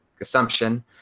assumption